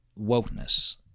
wokeness